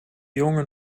jongen